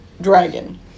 dragon